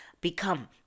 become